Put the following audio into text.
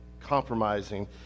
compromising